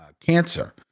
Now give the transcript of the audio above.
cancer